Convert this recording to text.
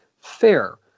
fair